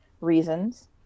reasons